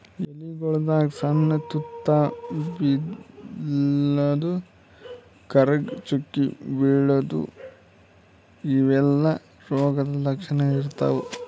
ಎಲಿಗೊಳ್ದಾಗ್ ಸಣ್ಣ್ ತೂತಾ ಬೀಳದು, ಕರ್ರಗ್ ಚುಕ್ಕಿ ಬೀಳದು ಇವೆಲ್ಲಾ ರೋಗದ್ ಲಕ್ಷಣ್ ಇರ್ತವ್